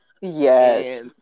yes